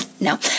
No